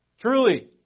Truly